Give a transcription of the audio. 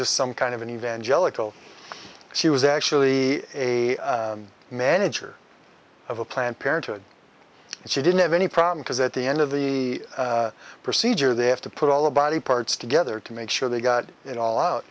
just some kind of an evangelical she was actually a manager of a planned parenthood and she didn't have any problem because at the end of the procedure they have to put all the body parts together to make sure they got it all out